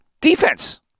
Defense